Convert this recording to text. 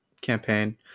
campaign